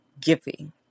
giving